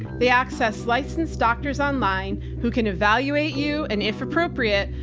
they access licensed doctors online who can evaluate you and if appropriate,